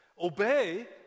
obey